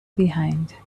behind